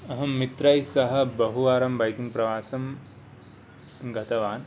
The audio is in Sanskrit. अहं मित्रैः सह बहुवारं बैकिङ्ग् प्रवासं गतवान्